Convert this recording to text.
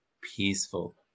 peaceful